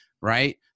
right